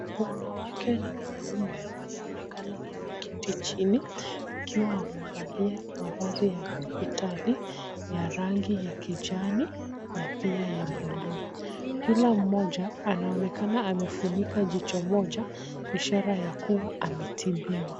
Wanawake na wanaume wanaonekana wameketi chini wakiwa wamevalia mavazi ya hospitali ya rangi ya kijani na pia ya bluu. Kila mmoja anaonekana amefunika jicho moja ishara ya kwamba ametibiwa.